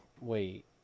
wait